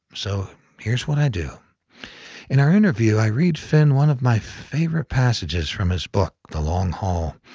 so here's what i do in our interview, i read finn one of my favorite passages from his book, the long haul,